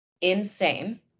insane